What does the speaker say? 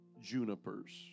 junipers